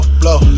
blow